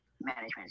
management